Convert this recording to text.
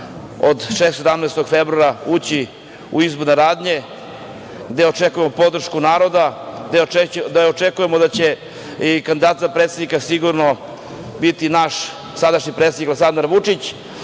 od 16. i 17. februara ući u izborne radnje, gde očekujemo podršku naroda, gde očekujemo da će i kandidat za predsednika sigurno biti naš sadašnji predsednik Aleksandar Vučić,